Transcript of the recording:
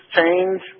Change